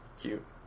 cute